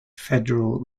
federal